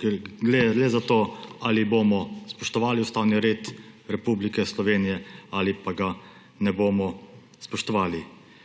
ker gre le za to, ali bomo spoštovali ustavni red Republike Slovenije ali pa ga ne bomo spoštovali.